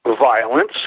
violence